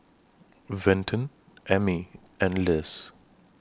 Vinton Emmy and Liz